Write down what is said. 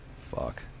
Fuck